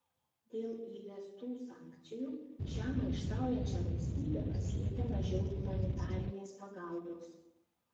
dėl įvestų sankcijų šią maištaujančią valstybę pasiekia mažiau humanitarinės pagalbos